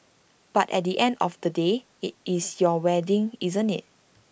but at the end of the day IT is your wedding isn't IT